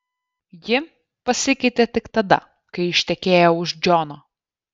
ji pasikeitė tik tada kai ištekėjo už džono